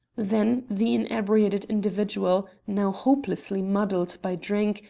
then the inebriated individual, now hopelessly muddled by drink,